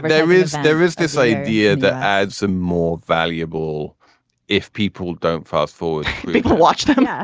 but there is there is this idea that had some more valuable if people don't fast forward to watch them, ah